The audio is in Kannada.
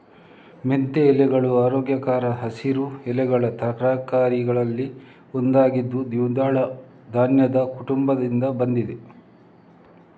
ಮೆಂತ್ಯ ಎಲೆಗಳು ಆರೋಗ್ಯಕರ ಹಸಿರು ಎಲೆಗಳ ತರಕಾರಿಗಳಲ್ಲಿ ಒಂದಾಗಿದ್ದು ದ್ವಿದಳ ಧಾನ್ಯದ ಕುಟುಂಬದಿಂದ ಬಂದಿದೆ